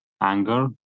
anger